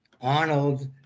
Arnold